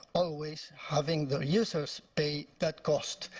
always having the users pay that cost.